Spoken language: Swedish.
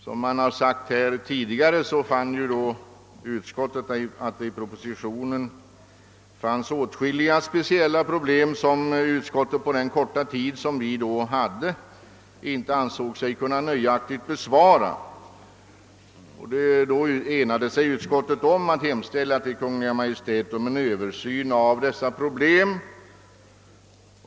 Som man tidigare här sagt fann utskottet den gången att propositionen innehöll åtskilliga speciella problem som vi inom utskottet på den korta tid som stod till förfogande inte ansåg oss nöjaktigt kunna besvara. Utskottet enades då om att hos Kungl. Maj:t hemställa om en översyn av dessa problem.